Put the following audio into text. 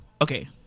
okay